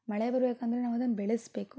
ಮಳೆ ಬರಬೇಕಂದ್ರೆ ನಾವದನ್ನು ಬೆಳೆಸಬೇಕು